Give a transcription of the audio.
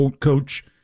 coach